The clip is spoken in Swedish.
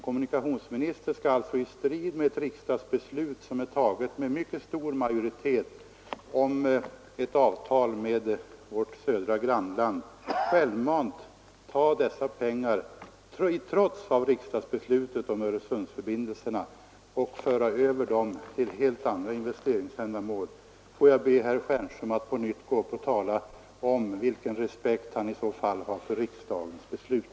Kommunikationsministern skall alltså i strid med ett riksdagsbeslut, som fattats med mycket stor majoritet, om ett avtal med vårt södra grannland ta de pengar som anslagits till Öresundsförbindelserna och använda dem för helt andra investeringsändamål. Får jag be herr Stjernström att tala om vilken respekt han i så fall har för riksdagens beslut.